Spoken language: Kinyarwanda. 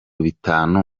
bitanu